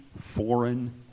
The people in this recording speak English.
foreign